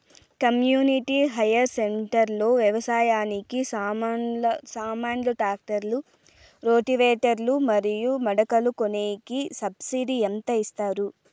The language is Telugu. కమ్యూనిటీ హైయర్ సెంటర్ లో వ్యవసాయానికి సామాన్లు ట్రాక్టర్లు రోటివేటర్ లు మరియు మడకలు కొనేకి సబ్సిడి ఎంత ఇస్తారు